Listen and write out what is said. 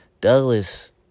Douglas